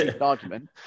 argument